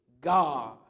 God